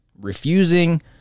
refusing